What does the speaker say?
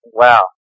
wow